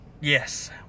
Yes